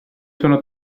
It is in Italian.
sono